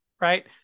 right